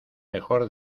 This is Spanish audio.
mejor